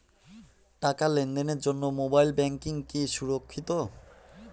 টাকা লেনদেনের জন্য মোবাইল ব্যাঙ্কিং কি সুরক্ষিত?